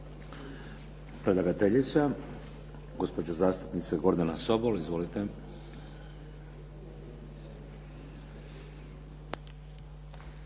Predlagateljica gospođa zastupnica Gordana Sobol. Izvolite.